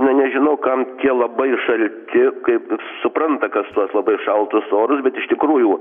na nežinau kam tie labai šalti kaip supranta kas tuos labai šaltus orus bet iš tikrųjų